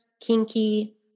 kinky